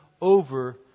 over